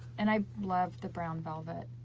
and i love the brown velvet.